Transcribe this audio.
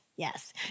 Yes